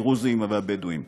הדרוזיים והבדואיים?